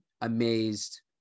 amazed